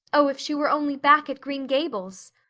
oh, if she were only back at green gables!